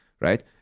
right